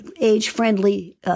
age-friendly